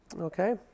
Okay